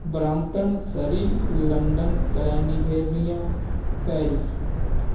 Brampton Surrey London California Paris